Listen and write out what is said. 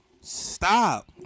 stop